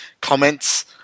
comments